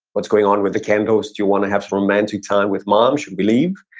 what's going on with the candles? do you want to have romantic time with mom? should we leave?